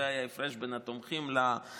זה ההפרש בין התומכים למתנגדים.